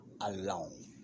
alone